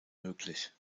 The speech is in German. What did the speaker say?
möglich